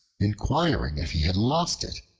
inquiring if he had lost it.